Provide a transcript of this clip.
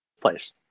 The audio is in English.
place